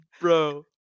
bro